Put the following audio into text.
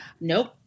Nope